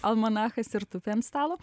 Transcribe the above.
almanachas ir tupi ant stalo